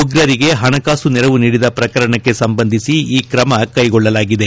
ಉಗ್ರರಿಗೆ ಪಣಕಾಸು ನೆರವು ನೀಡಿದ ಪ್ರಕರಣಕ್ಕೆ ಸಂಬಂಧಿಸಿ ಈ ಕ್ರಮ ಕೈಗೊಳ್ಳಲಾಗಿದೆ